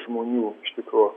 žmonių iš tikro